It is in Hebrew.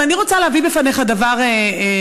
אבל אני רוצה להביא בפניך דבר מורכב: